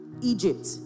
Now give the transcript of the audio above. Egypt